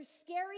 scary